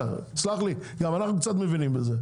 תסלח לי, גם אנחנו קצת מבינים בזה.